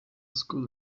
school